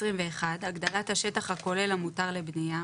הגדלת השטח הכולל המותר לבנייה,